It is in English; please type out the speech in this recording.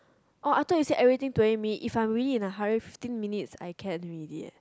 oh I thought you say everything twenty minutes if I am very hurry in fifteen minutes I can already leh